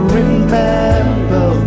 remember